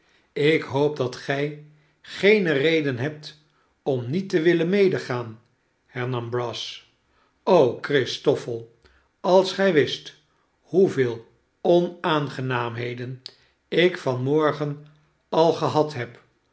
ik hoop dat gij geene reden hebt om niet te willen medegaan hernam brass christoffel als gij wist hoeveel onaangenaamheden ik van morgen al gehad heb